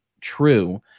true